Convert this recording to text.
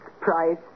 price